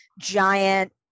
giant